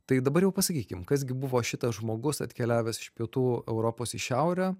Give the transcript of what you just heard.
tai dabar jau pasakykim kas gi buvo šitas žmogus atkeliavęs iš pietų europos į šiaurę